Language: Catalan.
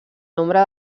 nombre